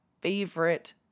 favorite